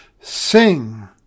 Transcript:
sing